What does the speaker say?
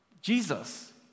Jesus